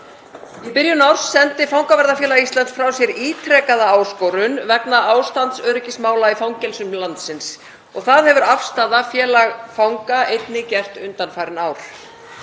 Í byrjun árs sendi Fangavarðafélag Íslands frá sér ítrekaða áskorun vegna ástand öryggismála í fangelsum landsins og það hefur Afstaða, félag fanga, einnig gert undanfarin ár.